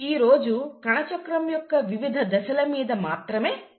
ఈరోజు కణచక్రం యొక్క వివిధ దశల మీద మాత్రమే దృష్టి సారిద్దాం